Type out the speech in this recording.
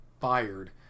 fired